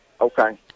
Okay